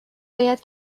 باید